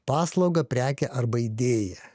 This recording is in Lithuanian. paslaugą prekę arba idėją